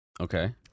Okay